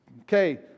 Okay